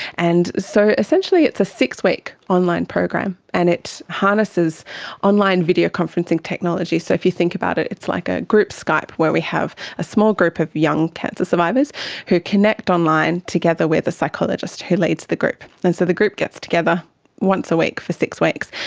and so, essentially it's a six-week online program and it harnesses online videoconferencing technology. so if you think about it, it's like a group skype where we have a small group of young cancer survivors who connect online together with a psychologist who leads the group. and so the group gets together once a week for six weeks.